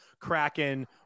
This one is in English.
Kraken